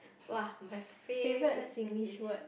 [wah] my favourite thing is